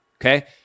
Okay